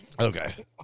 okay